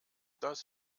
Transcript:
das